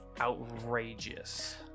outrageous